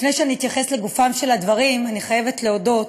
לפני שאתייחס לגופם של הדברים אני חייבת להודות